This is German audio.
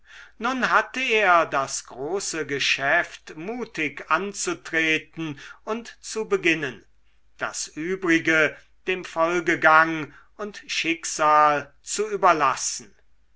nun hatte er das große geschäft mutig anzutreten und zu beginnen das übrige dem folgegang und schicksal zu überlassen